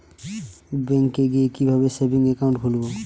ব্যাঙ্কে গিয়ে কিভাবে সেভিংস একাউন্ট খুলব?